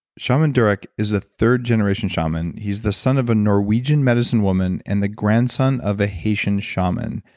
shaman durek is a third generation shaman. he's the son of a norwegian medicine woman and the grandson of a haitian shaman.